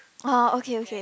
oh okay okay